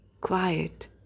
quiet